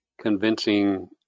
convincing